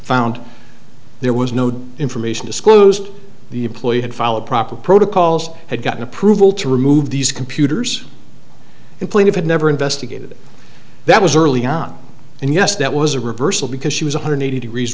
found there was no doubt information disclosed the employee had followed proper protocols had gotten approval to remove these computers in place of had never investigated that was early on and yes that was a reversal because she was one hundred eighty degrees